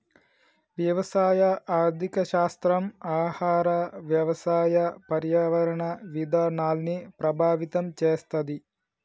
వ్యవసాయ ఆర్థిక శాస్త్రం ఆహార, వ్యవసాయ, పర్యావరణ విధానాల్ని ప్రభావితం చేస్తది